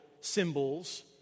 symbols